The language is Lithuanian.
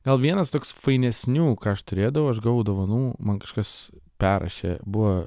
gal vienas toks fainesnių ką aš turėdavau aš gavau dovanų man kažkas perrašė buvo